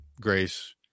Grace